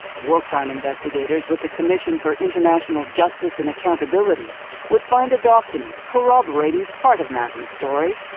war crime investigators with the commission for international justice and accountability would find a document corroborating part of mazen's story,